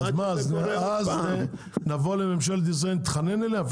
ומה, אז נבוא לממשלת ישראל ונתחנן אליה?